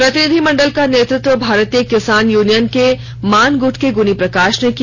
प्रतिनिधिमंडल का नेतृत्व भारतीय किसान यूनियन के मान गुट के गुनी प्रकाश ने किया